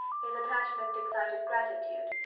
his attachment excited gratitude,